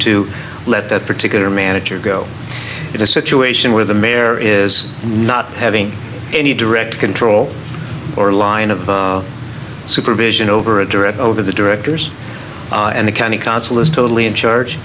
to let that particular manager go in a situation where the mayor is not having any direct control or line of supervision over a direct over the directors and the county council is totally in charge